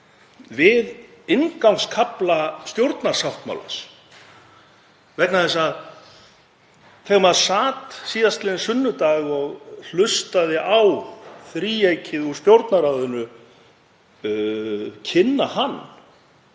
við inngangskafla stjórnarsáttmálans. Þegar maður sat síðastliðinn sunnudag og hlustaði á þríeykið úr Stjórnarráðinu kynna hann